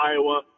Iowa